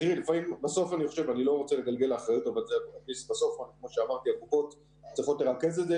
בסוף כמו שאמרתי, הקופות צריכות לרכז את זה.